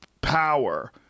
power